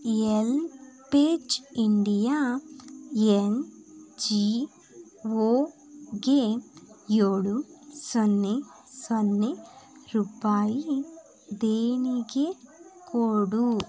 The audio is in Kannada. ಎಲ್ ಪೇಜ್ ಇಂಡಿಯಾ ಎನ್ ಜಿ ಓಗೆ ಏಳು ಸೊನ್ನೆ ಸೊನ್ನೆ ರೂಪಾಯಿ ದೇಣಿಗೆ ಕೊಡು